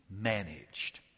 managed